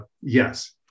yes